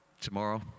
tomorrow